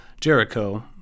Jericho